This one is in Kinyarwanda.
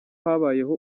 habayemo